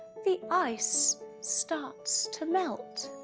the ice starts to melt.